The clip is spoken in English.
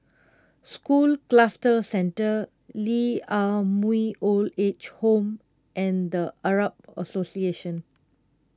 School Cluster Centre Lee Ah Mooi Old Age Home and the Arab Association